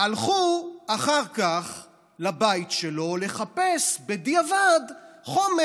הלכו אחר כך לבית שלו לחפש בדיעבד חומר,